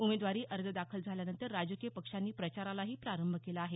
उमेदवारी अर्ज दाखल झाल्यानंतर राजकीय पक्षांनी प्रचारालाही प्रारंभ केला आहे